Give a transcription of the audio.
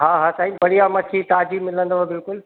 हा हा साईं बढ़िया मछी ताजी मिलंदव बिल्कुलु